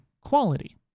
quality